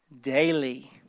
daily